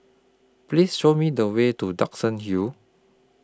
Please Show Me The Way to Duxton Hill